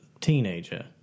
teenager